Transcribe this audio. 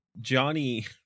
Johnny